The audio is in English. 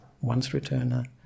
once-returner